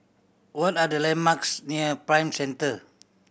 what are the landmarks near Prime Center